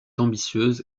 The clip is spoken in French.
ambitieuse